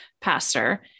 pastor